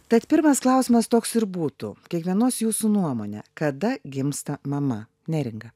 tad pirmas klausimas toks ir būtų kiekvienos jūsų nuomone kada gimsta mama neringa